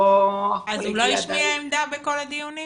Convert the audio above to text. --- אז הוא לא השמיע עמדה בכל הדיונים